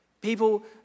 People